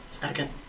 Second